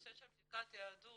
נושא של בדיקת יהדות